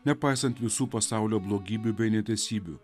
nepaisant visų pasaulio blogybių bei neteisybių